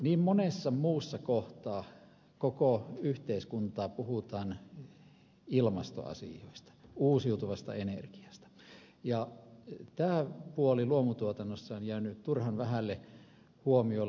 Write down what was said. niin monessa muussa kohtaa koko yhteiskunnassa puhutaan ilmastoasioista uusiutuvasta energiasta ja tämä puoli luomutuotannossa on jäänyt turhan vähälle huomiolle